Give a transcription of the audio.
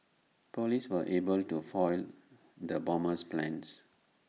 Police were able to foil the bomber's plans